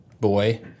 boy